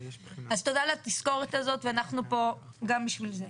תודה על התזכורת הזאת, אנחנו פה גם בשביל זה.